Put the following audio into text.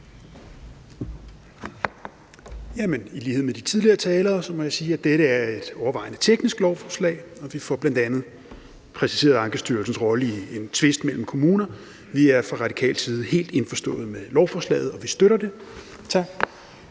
I lighed med de tidligere talere må jeg sige, at dette er et overvejende teknisk lovforslag, og vi får bl.a. præciseret Ankestyrelsens rolle i en tvist mellem kommuner. Vi er fra radikal side helt indforstået med lovforslaget, og vi støtter det. Tak.